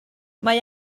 mae